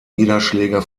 niederschläge